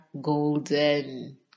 golden